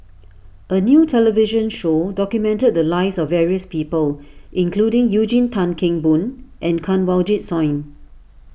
a new television show documented the lives of various people including Eugene Tan Kheng Boon and Kanwaljit Soin